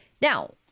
Now